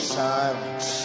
silence